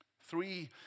Three